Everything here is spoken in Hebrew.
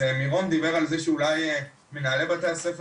מירום דיבר על זה שאולי מנהלי בתי הספר